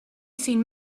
seen